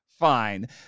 fine